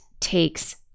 takes